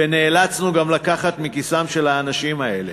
ונאלצנו גם לקחת מכיסם של האנשים האלה.